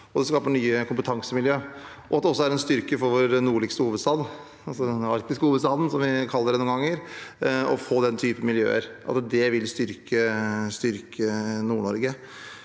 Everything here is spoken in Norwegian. det skaper nye kompetansemiljø, og det er også en styrke for vår nordligste hovedstad – den arktiske hovedstaden, som vi kaller den noen ganger – å få den